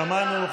שמענו.